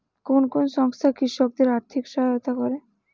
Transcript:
কোন কোন সংস্থা কৃষকদের আর্থিক সহায়তা করে?